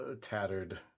tattered